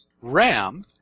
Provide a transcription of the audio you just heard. ram